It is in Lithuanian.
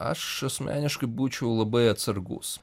aš asmeniškai būčiau labai atsargus